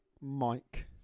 Mike